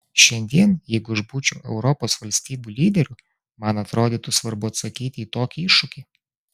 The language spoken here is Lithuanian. šiandien jeigu aš būčiau europos valstybių lyderiu man atrodytų svarbu atsakyti į tokį iššūkį